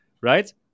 right